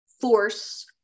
force